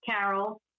Carol